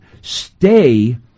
stay